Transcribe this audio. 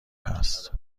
هست